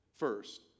First